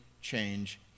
change